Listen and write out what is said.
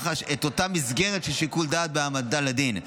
מח"ש, את אותה מסגרת של שיקול דעת בהעמדה לדין.